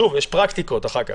שוב, יש פרקטיקות אחר כך.